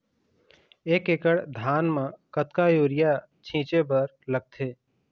एक एकड़ धान म कतका यूरिया छींचे बर लगथे?